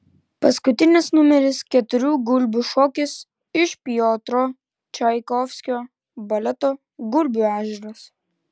paskutinis numeris keturių gulbių šokis iš piotro čaikovskio baleto gulbių ežeras